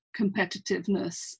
competitiveness